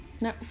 No